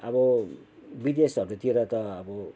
अब विदेशहरूतिर त अब